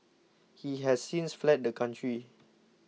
he has since fled the country